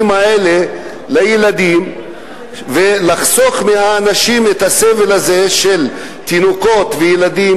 האלה לילדים ולחסוך מהאנשים את הסבל הזה של תינוקות וילדים